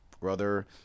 brother